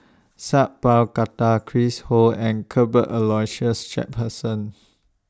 Sat Pal Khattar Chris Ho and Cuthbert Aloysius Shepherdson